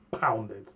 pounded